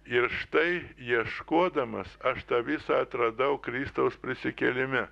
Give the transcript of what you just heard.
ir štai ieškodamas aš tą visą atradau kristaus prisikėlime